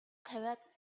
тавиад